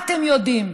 מה אתם יודעים